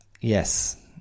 yes